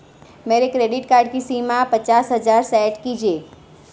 मेरे credit card की सीमा पचास हजार सेट कीजिए